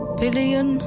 billion